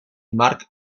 mark